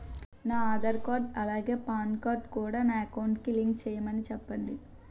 నా ఆధార్ కార్డ్ అలాగే PAN card కూడా నా అకౌంట్ కి లింక్ చేయమని చెప్పండి